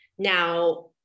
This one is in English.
Now